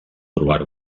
provar